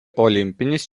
olimpinis